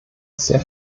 sehr